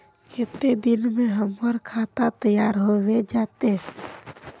केते दिन में हमर खाता तैयार होबे जते?